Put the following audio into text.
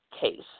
case